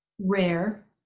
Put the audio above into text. Rare